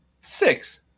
six